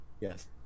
Yes